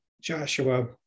Joshua